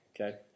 okay